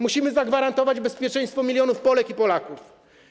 Musimy zagwarantować bezpieczeństwo milionów Polek i Polaków.